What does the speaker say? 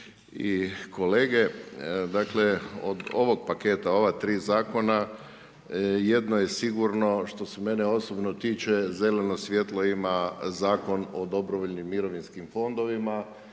i kolege. Dakle, od ovog paketa, ova 3 zakona, jedno je sigurno, što se mene osobno tiče, zeleno svjetlo ima Zakon o dobrovoljnim mirovinskim fondovima,